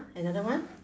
another one